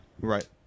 Right